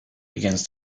begins